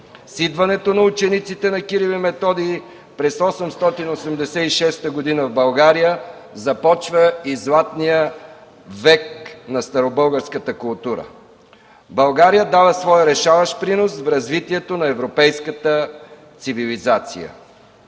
С идването на учениците на Кирил и Методий през 886 г. в България започва и Златният век на старобългарската култура. България дава своя решаващ принос в развитието на европейската цивилизация.